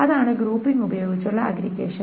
അതാണ് ഗ്രൂപ്പിങ് ഉപയോഗിച്ചുള്ള അഗ്ഗ്രിഗേഷൻ